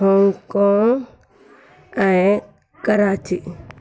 Hong Kong ऐं कराची